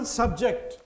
subject